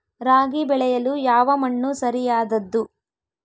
ರಾಗಿ ಬೆಳೆಯಲು ಯಾವ ಮಣ್ಣು ಸರಿಯಾದದ್ದು?